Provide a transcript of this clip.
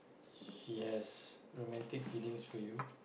yes romantic feelings for you